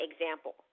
example